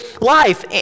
life